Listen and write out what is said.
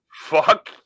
fuck